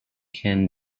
can